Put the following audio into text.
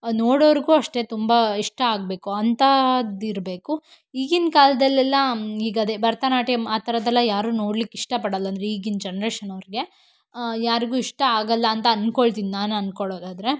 ನೋಡೋರಿಗೂ ಅಷ್ಟೇ ತುಂಬ ಇಷ್ಟ ಆಗಬೇಕು ಅಂತಹದ್ದು ಇರಬೇಕು ಈಗಿನ ಕಾಲದಲೆಲ್ಲ ಈಗದೇ ಭರತನಾಟ್ಯಂ ಆ ಥರದ್ದೆಲ್ಲ ಯಾರು ನೋಡ್ಲಿಕ್ಕೆ ಇಷ್ಟ ಪಡಲ್ಲ ಅಂದ್ರೆ ಈಗಿನ ಜನರೇಷನವ್ರಿಗೆ ಯಾರಿಗೂ ಇಷ್ಟ ಆಗಲ್ಲ ಅಂತ ಅನ್ಕೋಳ್ತೀನಿ ನಾನು ಅನ್ಕೋಳ್ಳೋದಾದ್ರೆ